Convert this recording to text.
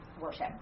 worship